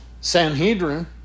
Sanhedrin